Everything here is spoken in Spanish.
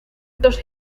estos